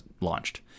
launched